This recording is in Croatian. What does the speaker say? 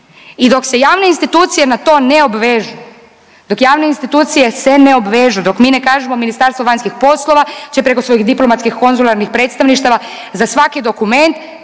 I dok se javne institucije na to ne obvežu, dok javne institucije se ne obvežu, dok mi ne kažemo, Ministarstvo vanjskih poslova će preko svojih diplomatskih konzularnih predstavništava za svaki dokument